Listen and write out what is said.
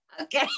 Okay